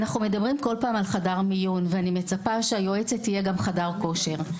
אנחנו מדברים כל פעם על חדר מיון ואני מצפה שהיועצת תהיה גם חדר כושר,